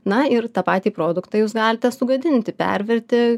na ir tą patį produktą jūs galite sugadinti pervirti